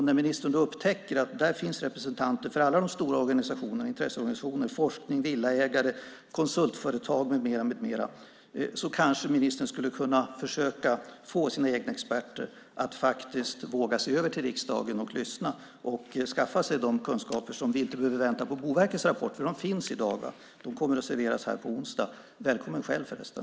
När ministern upptäcker att där finns representanter för alla de stora intresseorganisationerna, forskning, villaägare, konsultföretag med mera, kanske ministern skulle kunna försöka få sina egna experter att våga sig över till riksdagen och lyssna. De kan då skaffa sig kunskaper utan att behöva vänta på Boverkets rapport. De finns i dag och kommer att serveras här i riksdagen på onsdag. Välkommen själv, förresten!